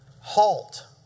halt